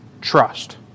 trust